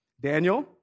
Daniel